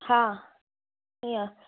हा ईंअ